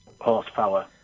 horsepower